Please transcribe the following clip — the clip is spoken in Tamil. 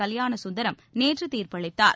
கல்யாணசுந்தரம் நேற்று தீர்ப்பளித்தார்